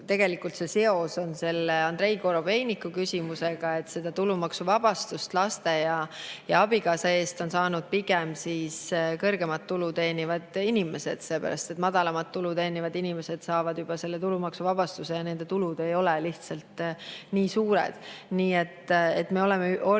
efekti ei oma. Siin on seos Andrei Korobeiniku küsimusega. Seda tulumaksuvabastust laste ja abikaasa eest on saanud pigem kõrgemat tulu teenivad inimesed, sest madalamat tulu teenivad inimesed saavad juba selle tulumaksuvabastuse ja nende tulud ei ole lihtsalt nii suured. Nii et me oleme üritanud